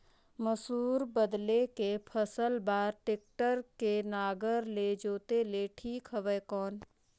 मसूर बदले के फसल बार टेक्टर के नागर ले जोते ले ठीक हवय कौन?